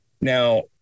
Now